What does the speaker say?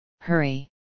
Hurry